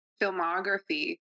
filmography